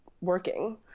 working